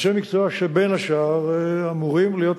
אנשי מקצוע שבין השאר אמורים להיות